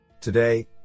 Today